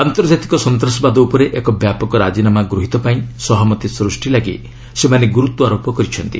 ଆନ୍ତର୍ଜାତିକ ସନ୍ତାସବାଦ ଉପରେ ଏକ ବ୍ୟାପକ ରାଜିନାମା ଗୃହିତ ପାଇଁ ସହମତି ସୃଷ୍ଟି ଲାଗି ସେମାନେ ଗୁରୁତ୍ୱାରୋପ କରିଛନ୍ତି